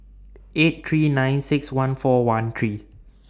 eight three nine six one four one three